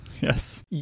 Yes